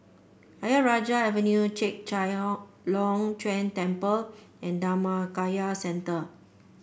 Ayer Rajah Avenue Chek Chai Ong Long Chuen Temple and Dhammakaya Centre